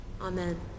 Amen